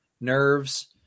nerves